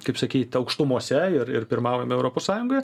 kaip sakyt aukštumose ir ir pirmaujame europos sąjungoje